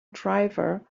driver